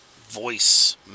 voice